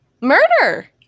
murder